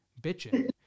bitching